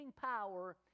power